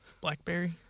Blackberry